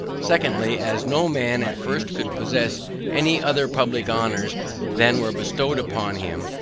secondly, as no man at first could possess any other public honors than were bestowed upon him,